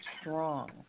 strong